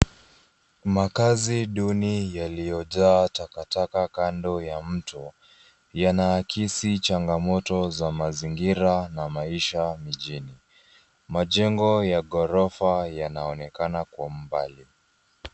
Makaazi duni yaliyojaa takataka kando ya mto yanaakisi changamoto za mazingira na maisha mjini. Majengo ya ghorofa yanaonekana kwa umbali.